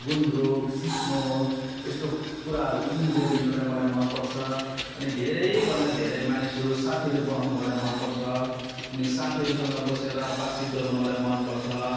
गुन्द्रुक सिस्नो यस्तो कुराहरूको इन्जोई मलाई मनपर्छ अनि धेरै भन्दा धेरै मानिसहरू साथीहरू बनाउनु मलाई मनपर्छ अनि साथीहरूसँग बसेर बातचित गर्नु मलाई मनपर्छ